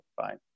fine